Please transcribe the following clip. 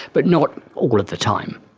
but not all of the time.